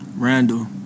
Randall